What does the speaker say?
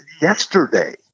yesterday